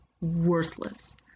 Worthless